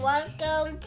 Welcome